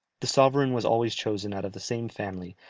the sovereign was always chosen out of the same family,